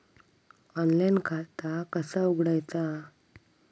Online खाता कसा उघडायचा?